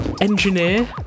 engineer